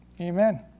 Amen